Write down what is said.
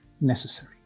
necessary